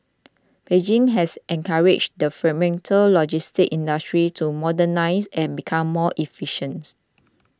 Beijing has encouraged the fragmented logistics industry to modernise and become more efficient